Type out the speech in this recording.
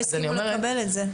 לא הסכימו לקבל את זה.